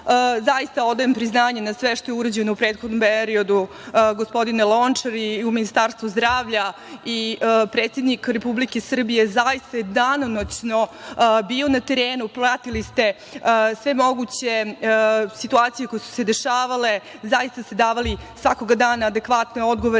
odajem priznanje za sve što je urađeno u prethodnom periodu, gospodine Lončar. I Ministarstvo zdravlja i predsednik Republike Srbije je zaista danonoćno bio na terenu. Pratili ste sve moguće situacije koje su se dešavale. Zaista ste davali svakog dana adekvatne odgovore.